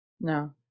no